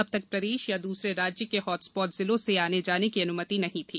अब तक प्रदेश या द्रसरे राज्य के हॉट स्पॉट जिलों से आने जाने की अन्मति नहीं थी